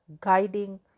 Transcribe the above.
guiding